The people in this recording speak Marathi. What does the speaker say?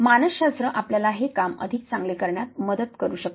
मानसशास्त्र आपल्याला हे काम अधिक चांगले करण्यात मदत करू शकते